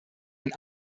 ein